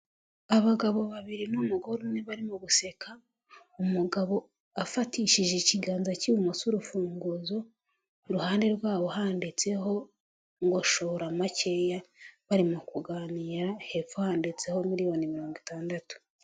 Abagabo babiri n'umugore umwe barimo guseka, umugabo afatishije ikiganza cy'ibumoso urufunguzo iruhande rwabo handitseho ngo shora makeya bari mu kuganira hepfo handitseho miliyoni mirongo itandatu.